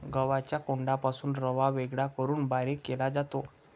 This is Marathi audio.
गव्हाच्या कोंडापासून रवा वेगळा करून बारीक केला जातो